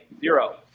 Zero